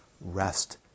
Rest